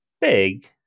big